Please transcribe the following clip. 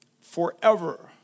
forever